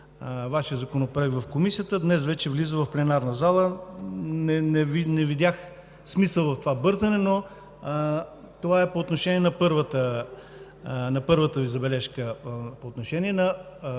Вашият законопроект в Комисията, днес вече влиза в пленарна зала, не видях смисъл в това бързане, но… Това е по отношение на първата Ви забележка. По отношение на